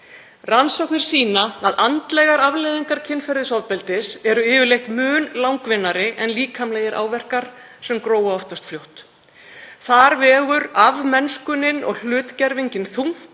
„Rannsóknir sýna að andlegar afleiðingar kynferðisofbeldis eru yfirleitt mun langvinnari en líkamlegir áverkar, sem gróa oftast fljótt. Þar vegur afmennskunin og hlutgervingin þungt,